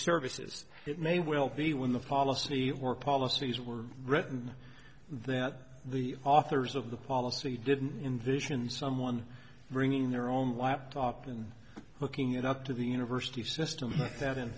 services it may well be when the policy or policies were written that the authors of the policy didn't in the nation's someone bringing their own laptop and hooking it up to the university system but that in